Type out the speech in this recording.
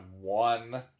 one